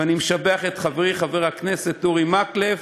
ואני משבח את חברי חבר הכנסת אורי מקלב.